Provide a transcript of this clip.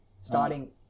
starting